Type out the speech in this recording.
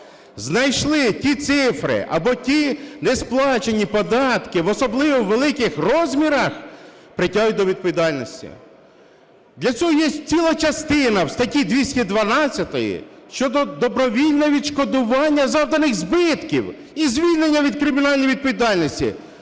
знайшли ті цифри або ті несплачені податки в особливо великих розмірах, притягують до відповідальності. Для цього є ціла частина в статті 212 щодо добровільного відшкодування завданих збитків і звільнення від кримінальної відповідальності.